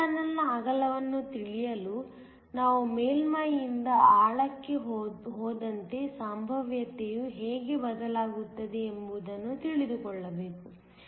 n ಚಾನಲ್ನ ಅಗಲವನ್ನು ತಿಳಿಯಲು ನಾವು ಮೇಲ್ಮೈಯಿಂದ ಆಳಕ್ಕೆ ಹೋದಂತೆ ಸಂಭಾವ್ಯತೆಯು ಹೇಗೆ ಬದಲಾಗುತ್ತದೆ ಎಂಬುದನ್ನು ತಿಳಿದುಕೊಳ್ಳಬೇಕು